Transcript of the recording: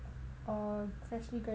a freshly graduated